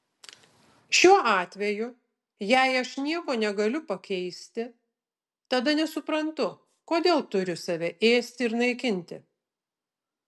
šiuo atveju jei aš nieko negaliu pakeisti tada nesuprantu kodėl turiu save ėsti ir naikinti